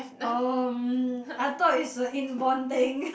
um I thought it's a inborn thing